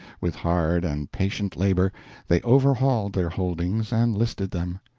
with hard and patient labor they overhauled their holdings and listed them.